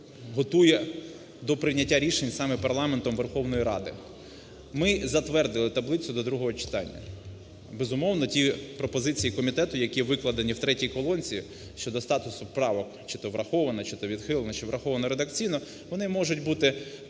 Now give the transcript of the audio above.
готує до прийняття рішень саме парламентом Верховної Ради. Ми затвердили таблицю до другого читання, безумовно, ті пропозиції комітету, які викладені в третій колонці щодо статусу права – чи то враховано, чи то відхилено, чи враховано редакційно. Вони можуть бути